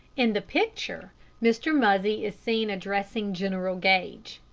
in the picture mr. muzzy is seen addressing general gage.